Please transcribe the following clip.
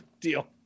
deal